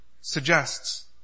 suggests